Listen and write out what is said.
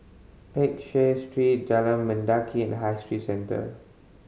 Peck Share Street Jalan Mendaki and High Street Centre